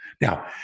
Now